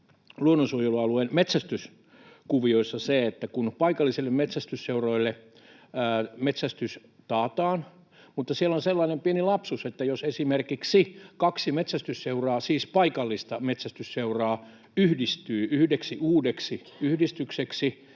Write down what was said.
luonnonsuojelualueen metsästyskuvioissa se, että kun paikallisille metsästysseuroille metsästys taataan, niin siellä on sellainen pieni lapsus, että jos esimerkiksi kaksi metsästysseuraa, siis paikallista metsästysseuraa, yhdistyy yhdeksi uudeksi yhdistykseksi,